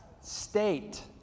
state